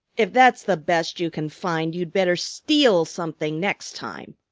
if that's the best you can find you'd better steal something next time.